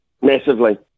Massively